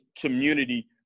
community